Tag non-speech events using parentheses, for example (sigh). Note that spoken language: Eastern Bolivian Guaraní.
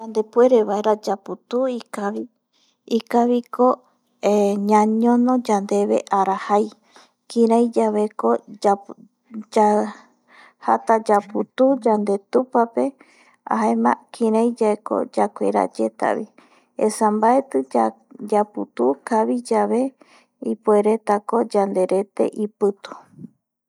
Yandepuerevaera yaputuu ikavi (noise) ikaviko (hesitation) ñañono yandeve (hesitation) arajai, kiraiyaveko (hesitation) yajata (noise) yaputuu yande tupape jaema kiraiyaveko yakuera yetava vi, esa mbaeti (hesitation) yaputuu kaviyave (noise) ipueretako yanderete ipitu